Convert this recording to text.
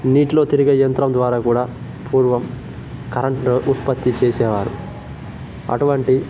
నీటిలో తిరిగే యంత్రం ద్వారా కూడా పూర్వం కరంటు ఉత్పత్తి చేసేవారు అటువంటి